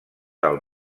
del